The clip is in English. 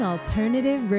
Alternative